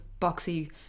boxy